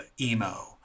emo